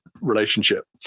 relationship